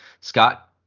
Scott